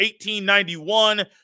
1891